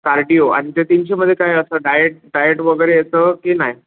cardio आणि ते तीनशेमध्ये काही असं डायट डायट वगैरे येतं की नाही